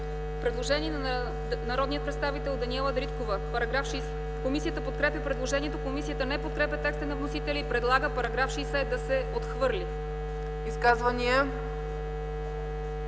предложение от народния представител Даниела Дариткова. Комисията подкрепя предложението. Комисията не подкрепя текста на вносителя и предлага § 88 да се отхвърли. ПРЕДСЕДАТЕЛ